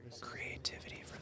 creativity